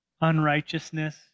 unrighteousness